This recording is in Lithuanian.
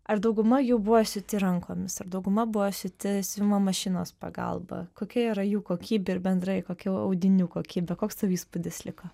ar dauguma jų buvo siūti rankomis ir dauguma buvo siūti siuvimo mašinos pagalba kokia yra jų kokybė ir bendrai kokių audinių kokybė koks įspūdis liko